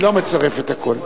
אני לא מצרף את הקול,